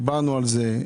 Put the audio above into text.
דיברנו על זה.